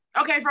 okay